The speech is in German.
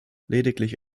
lediglich